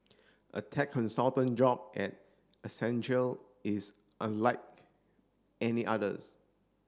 a tech consultant job at Accenture is unlike any others